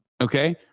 okay